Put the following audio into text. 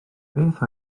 beth